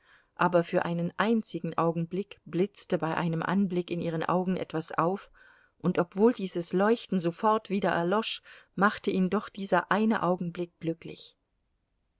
aber für einen einzigen augenblick blitzte bei einem anblick in ihren augen etwas auf und obwohl dieses leuchten sofort wieder erlosch machte ihn doch dieser eine augenblick glücklich